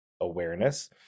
awareness